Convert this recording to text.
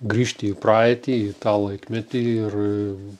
grįžti į praeitį į tą laikmetį ir